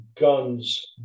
guns